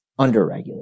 underregulated